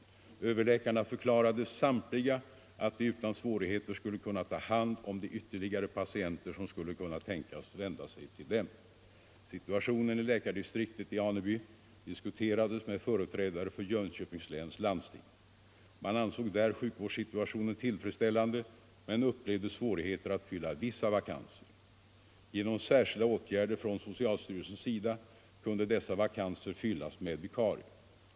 Samtliga överläkare förklarade att de utan svårighet kunde ta hand om det ytterligare antal patienter som kunde tänkas vända sig till dem. Situationen inom läkardistriktet i Aneby diskuterades med företrädare för Jönköpings läns landsting, som ansåg att sjukvårdssituationen var tillfredsställande men upplevde svårigheter att fylla vissa vakanser. Genom särskilda åtgärder från socialstyrelsens sida kunde dessa vakanser fyllas med vikarier.